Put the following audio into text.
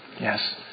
Yes